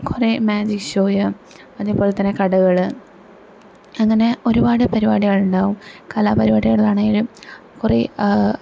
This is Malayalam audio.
കുറെ മാജിക് ഷോയും അതേപോലെ തന്നെ കഥകള് അങ്ങനെ ഒരുപാട് പരിപാടികളുണ്ടാവും കലാപരിപാടികളാണേലും കുറെ